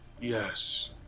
Yes